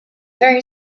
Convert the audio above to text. very